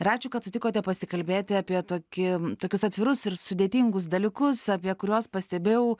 ir ačiū kad sutikote pasikalbėti apie tokį tokius atvirus ir sudėtingus dalykus apie kuriuos pastebėjau